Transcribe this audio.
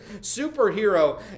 superhero